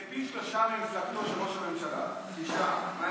זה פי שלושה ממפלגתו של ראש הממשלה, תשעה.